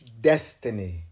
destiny